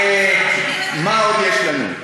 מה עוד יש לנו?